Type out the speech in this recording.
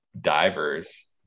divers